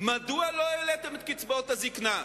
מדוע לא העליתם את קצבאות הזיקנה?